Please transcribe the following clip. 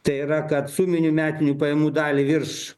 tai yra kad suminių metinių pajamų daliai virš